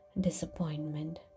disappointment